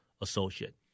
associate